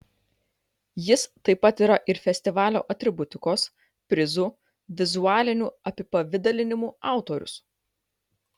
jis taip pat yra ir festivalio atributikos prizų vizualinių apipavidalinimų autorius